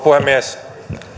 puhemies